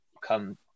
come